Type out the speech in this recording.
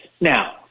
Now